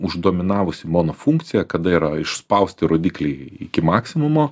uždominavusi mono funkcija kada yra išspausti rodikliai iki maksimumo